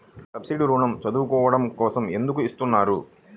Subsidy ఋణం చదువుకోవడం కోసం ఎందుకు ఇస్తున్నారు?